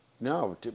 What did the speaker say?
No